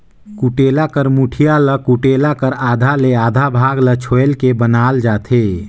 कुटेला कर मुठिया ल कुटेला कर आधा ले आधा भाग ल छोएल के बनाल जाथे